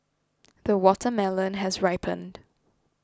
the watermelon has ripened